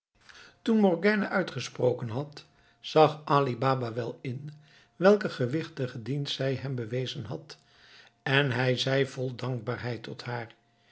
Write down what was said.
toen morgiane uitgesproken had zag ali baba wel in welken gewichtigen dienst zij hem bewezen had en hij zei vol dankbaarheid tot haar